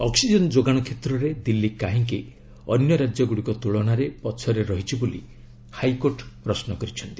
oxygen ଯୋଗାଣ କ୍ଷେତ୍ରରେ ଦିଲ୍ଲୀ କାହିଁକି ଅନ୍ୟ ରାଜ୍ୟ ଗୁଡ଼ିକ ତୁଳନାରେ ପଛରେ ରହିଛି ବୋଲି ହାଇକୋର୍ଟ ପ୍ରଶ୍ନ କରିଛନ୍ତି